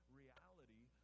reality